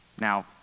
Now